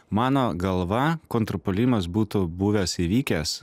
mano galva kontrpuolimas būtų buvęs įvykęs